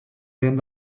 vent